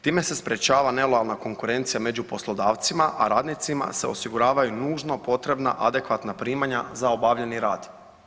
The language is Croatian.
Time se sprječava nelojalna konkurencija među poslodavcima, a radnicima se osiguravaju nužno potrebna adekvatna primanja za obavljeni rad.